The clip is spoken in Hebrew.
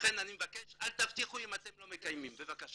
לכן אני מבקש, אל תבטיחו אם אתם לא מקיימים בבקשה.